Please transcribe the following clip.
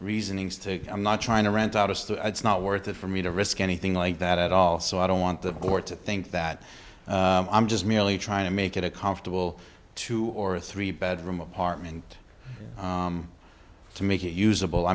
reasonings to i'm not trying to rent out of it's not worth it for me to risk anything like that at all so i don't want the court to think that i'm just merely trying to make it a comfortable two or three bedroom apartment to make it usable i